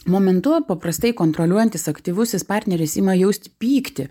momentu paprastai kontroliuojantis aktyvusis partneris ima jausti pyktį